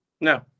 No